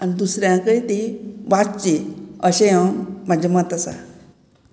आनी दुसऱ्याकय ती वाचची अशें हांव म्हाजें मत आसा